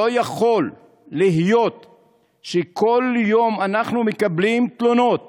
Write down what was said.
לא יכול להיות שכל יום אנחנו מקבלים תלונות